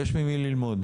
ויש ממי ללמוד.